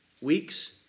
weeks